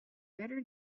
better